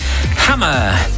Hammer